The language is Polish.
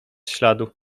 śladu